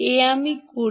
এ আমি করি